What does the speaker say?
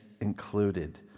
included